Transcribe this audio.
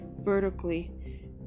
vertically